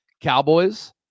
Cowboys